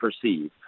perceive